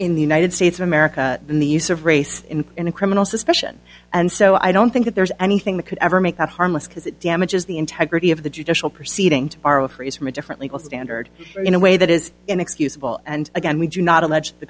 in the united states of america than the use of race in a criminal suspicion and so i don't think that there's anything that could ever make that harmless because it damages the integrity of the judicial proceedings are a phrase from a different legal standard in a way that is inexcusable and again we do not